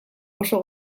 oso